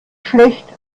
schlecht